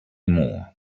more